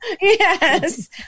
Yes